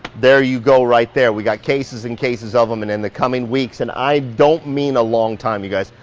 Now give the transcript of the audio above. there you go right there. we got cases and cases of them and in the coming weeks, and i don't mean a long time you guys,